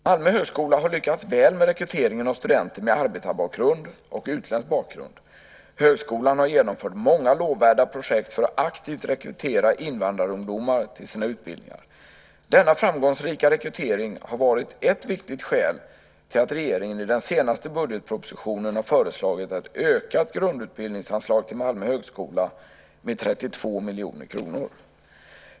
Malmö högskola har lyckats väl med rekryteringen av studenter med arbetarbakgrund och utländsk bakgrund. Högskolan har genomfört många lovvärda projekt för att aktivt rekrytera invandrarungdomar till sina utbildningar. Denna framgångsrika rekrytering har varit ett viktigt skäl till att regeringen i den senaste budgetpropositionen har föreslagit ett ökat grundutbildningsanslag till Malmö högskola med 32 miljoner kronor.